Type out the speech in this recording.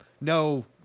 no